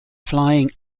flying